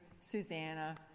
Susanna